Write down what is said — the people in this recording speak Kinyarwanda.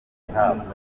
izihabwa